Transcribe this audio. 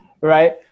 Right